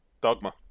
Dogma